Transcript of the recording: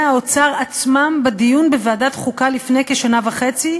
האוצר עצמם בדיון בוועדת חוקה לפני כשנה וחצי,